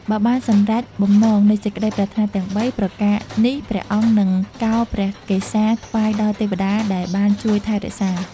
បើបានសម្រេចបំណងនៃសេចក្តីប្រាថ្នាទាំង ៣ ប្រការនេះព្រះអង្គនឹងកោរព្រះកេសាថ្វាយដល់ទេវតាដែលបានជួយថែរក្សា។